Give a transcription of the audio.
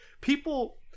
people